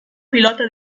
pilota